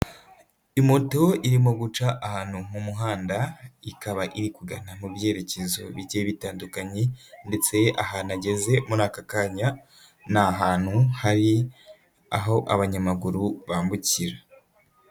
Imoto irimo guca ahantu mu muhanda ikaba iri kugana mu byerekezo bigiye bitandukanye ndetse ahantu ageze muri aka kanya ni ahantu hari aho abanyamaguru bambukira.